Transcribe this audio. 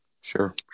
Sure